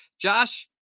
Josh